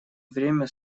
время